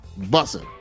Bussin